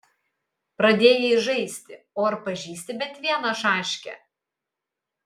pradėjai žaisti o ar pažįsti bent vieną šaškę